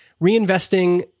reinvesting